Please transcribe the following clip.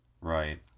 Right